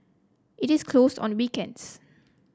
it is closed on weekends